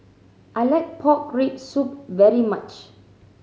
I like pork rib soup very much